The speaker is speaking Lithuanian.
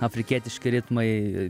afrikietiški ritmai